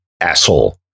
asshole